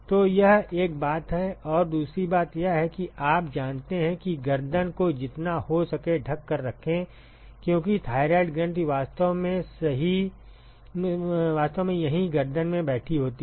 तो यह एक बात है और दूसरी बात यह है कि आप जानते हैं कि गर्दन को जितना हो सके ढक कर रखें क्योंकि थायरॉइड ग्रंथि वास्तव में यहीं गर्दन में बैठी होती है